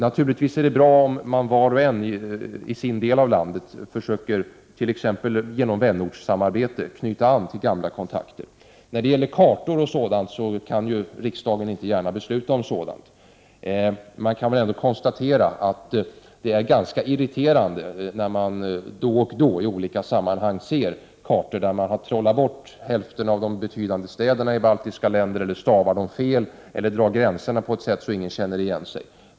Naturligtvis är det bra om var och en i den del av landet där vederbörande bor försöker att genom t.ex. vänortssamarbete återknyta gamla kontakter. Om kartor exempelvis kan riksdagen inte gärna fatta beslut. Men man kan väl ändå konstatera att det är ganska irriterande att då och då i olika sammanhang behöva stöta på kartor där hälften av de betydande städerna i baltiska länderna har trollats bort eller där dessa städer har stavats fel eller där gränserna dras på sådant sätt att ingen känner igen sig.